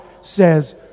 says